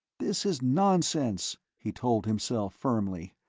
this is nonsense, he told himself firmly,